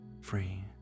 free